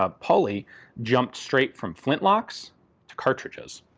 ah pauly jumped straight from flintlocks to cartridges.